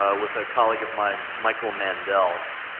ah with a colleague of mine, michael mandel,